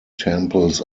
temples